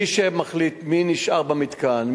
מי שמחליט מי נשאר במתקן,